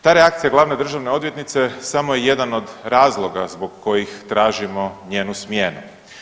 Ta reakcija glavne državne odvjetnice samo je jedan od razloga zbog kojih tražimo njenu smjenu.